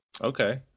okay